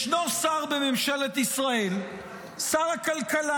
ישנו שר בממשלת ישראל, שר הכלכלה.